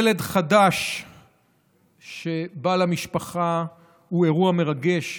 ילד חדש שבא למשפחה הוא אירוע מרגש,